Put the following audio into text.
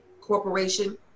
corporation